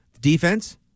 defense